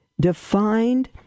defined